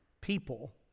people